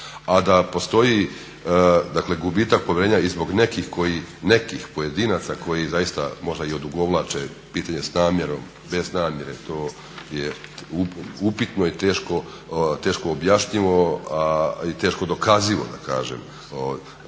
A da postoji dakle gubitak povjerenja i zbog nekih pojedinaca koji zaista možda i odugovlače pitanje s namjerom, bez namjere to je upitno i teško objašnjivo i teško dokazivo da kažem